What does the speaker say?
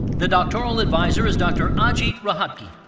the doctoral advisor is dr. ajeet rohatgi.